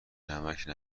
نمکـ